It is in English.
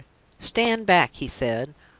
stand back, he said.